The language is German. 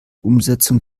umsetzung